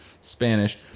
Spanish